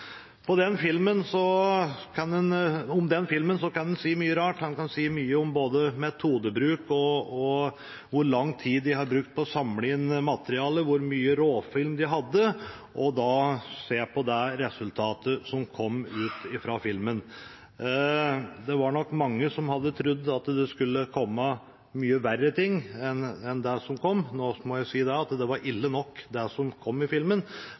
på tv som heter «Pels». La meg først presisere at dette ikke skal være en debatt om vi skal ha en pelsdyrnæring eller ikke. Det skal dreie seg om dyrevelferd. Om den filmen kan en si mye rart. En kan si mye om både metodebruk, om hvor lang tid de har brukt på å samle inn materialet, og hvor mye råfilm de hadde, og så se på resultatet som kom som film. Det var nok mange som hadde trodd at det skulle komme mye verre ting enn det som kom, men jeg må også si at